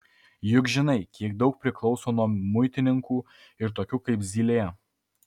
juk žinai kiek daug priklauso nuo muitininkų ir tokių kaip zylė